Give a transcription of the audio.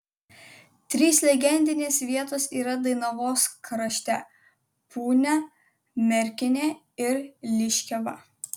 trys legendinės vietos yra dainavos krašte punia merkinė ir liškiava